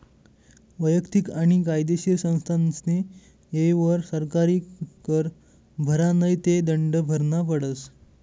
वैयक्तिक आणि कायदेशीर संस्थास्नी येयवर सरकारी कर भरा नै ते दंड भरना पडस